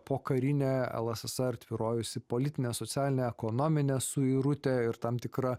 pokarinę el es es er tvyrojusi politinė socialinę ekonominę suirutę ir tam tikra